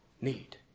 need